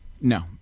No